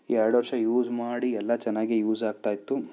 ಎರ್ಡು ವರ್ಷ ಯೂಸ್ ಮಾಡಿ ಎಲ್ಲ ಚೆನ್ನಾಗೆ ಯೂಸ್ ಆಗ್ತಾ ಇತ್ತು